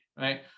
right